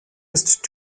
ist